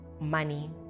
money